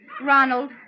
Ronald